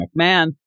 McMahon